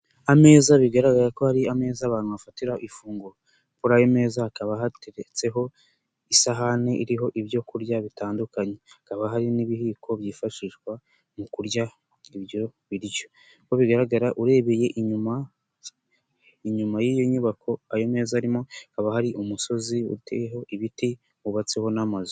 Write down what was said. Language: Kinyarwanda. Ameza bigaragara ko ari ameza abantu bafatiraho ifunguro kuri ayo meza hakaba hateretseho isahani iriho ibyo kurya bitandukanye hakaba hari n'ibiyiko byifashishwa mu kurya ibyo biryo ko bigaragara urebeye inyuma inyuma y'iyo nyubako ayo meza arimo hakaba hari umusozi uteyeho ibiti wubatseho n'amazu.